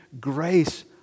grace